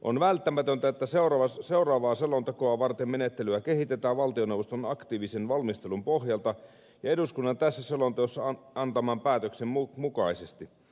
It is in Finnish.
on välttämätöntä että seuraavaa selontekoa varten menettelyä kehitetään valtioneuvoston aktiivisen valmistelun pohjalta ja eduskunnan tässä selonteossa antaman päätöksen mukaisesti